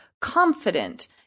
confident